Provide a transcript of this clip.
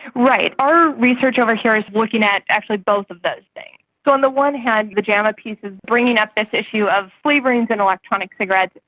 right. our research over here is looking at actually both of those things. so on the one hand the jama piece is bringing up this issue of flavourings in electronic cigarettes,